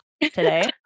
today